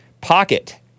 pocket